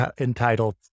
entitled